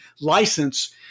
license